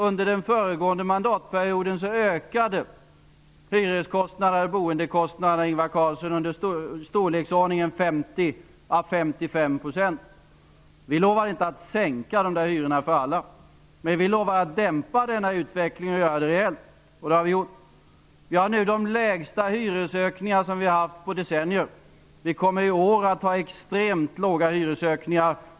Under den föregående mandatperioden ökade hyreskostnader och boendekostnader i storleksordningen 50-55 %, Ingvar Carlsson. Vi lovar inte att sänka dessa hyror för alla, men vi lovar att dämpa den utveckligen rejält. Det har vi gjort. Vi har nu de lägsta hyresökningarna som vi har haft på decennier. Vi kommer i år att ha extremt låga hyresökningar.